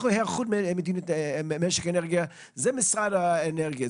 הכל היערכות משק האנרגיה זה משרד האנרגיה,